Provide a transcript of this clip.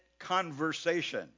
conversation